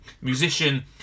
musician